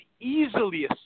easily